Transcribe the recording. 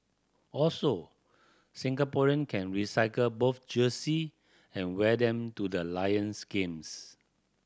also Singaporean can recycle both jersey and wear them to the Lions games